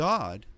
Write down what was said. God